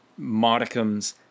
modicums